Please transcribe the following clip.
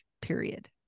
period